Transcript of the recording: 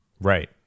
Right